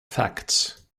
facts